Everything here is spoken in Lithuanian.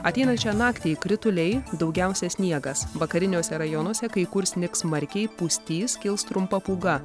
ateinančią naktį krituliai daugiausia sniegas vakariniuose rajonuose kai kur snigs smarkiai pustys kils trumpa pūga